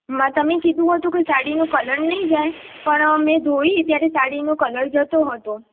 મ તમે કીધું હતું કે સાડીનો કલર નહીં જાય પણ મેં ધોઈ ત્યારે સાડીનો કલર જતો હતો